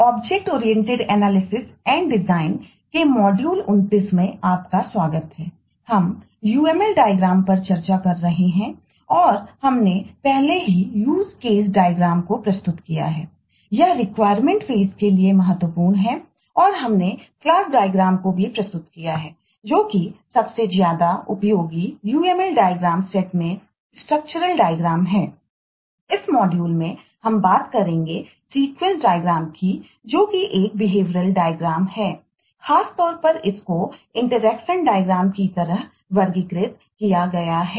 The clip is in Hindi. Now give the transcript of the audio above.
ऑब्जेक्ट ओरिएंटेड एनालिसिस एंड डिजाइनकी तरह वर्गीकृत किया गया है